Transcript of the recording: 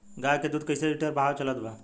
गाय के दूध कइसे लिटर भाव चलत बा?